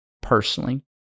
personally